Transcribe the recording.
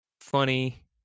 funny